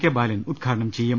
K Balan ഉദ്ഘാടനം ചെയ്യും